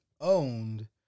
owned